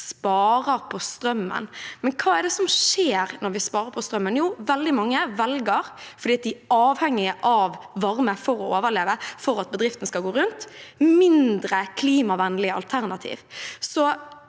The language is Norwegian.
vi sparer på strømmen, men hva skjer når vi sparer på strømmen? Jo, veldig mange velger – fordi de er avhengige av varme for å overleve og for at bedriften skal gå rundt – mindre klimavennlige alternativer.